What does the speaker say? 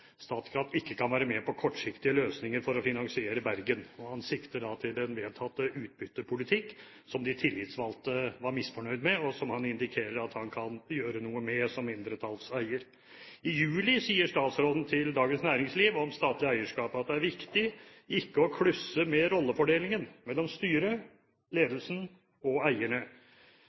Statkraft ikke kan være med på kortsiktige løsninger for å finansiere Bergen. Han sikter da til den vedtatte utbyttepolitikken som de tillitsvalgte var misfornøyd med, og som han indikerer at han ikke kan gjøre noe med som mindretallseier. Om statlig eierskap sier statsråden i juli til Dagens Næringsliv at det er viktig å ikke klusse med rollefordelingen mellom styret, ledelsen og eierne.